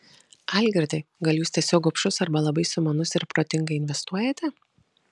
algirdai gal jūs tiesiog gobšus arba labai sumanus ir protingai investuojate